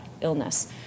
illness